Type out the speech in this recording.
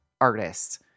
artists